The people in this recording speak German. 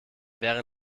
wäre